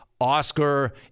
Oscar